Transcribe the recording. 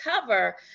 cover